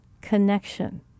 connection